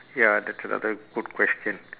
ya that's another good question